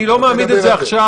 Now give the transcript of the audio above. אני לא מעמיד את זה עכשיו.